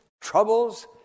troubles